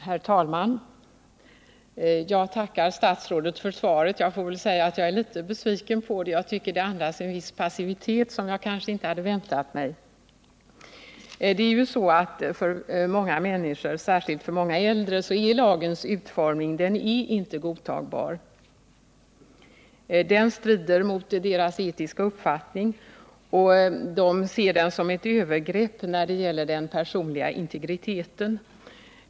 Herr talman! Jag tackar statsrådet för svaret. Jag är litet besviken, för jag tycker att svaret andas en viss passivitet, som jag kanske inte hade väntat mig. För många människor, särskilt för många äldre, är obduktionslagens utformning inte godtagbar. Den strider mot deras etiska uppfattning, och de ser den som ett övergrepp när det gäller den personliga integriteten.